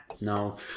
no